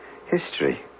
history